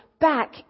back